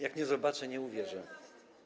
Jak nie zobaczę, nie uwierzę.